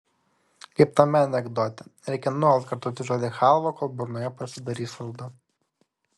kaip tame anekdote reikia nuolat kartoti žodį chalva kol burnoje pasidarys saldu